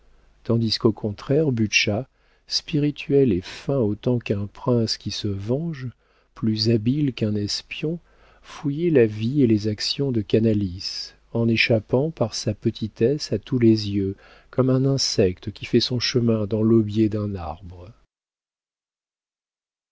tandis qu'au contraire butscha spirituel et fin autant qu'un prince qui se venge plus habile qu'un espion fouillait la vie et les actions de canalis en échappant par sa petitesse à tous les yeux comme un insecte qui fait son chemin dans l'aubier d'un arbre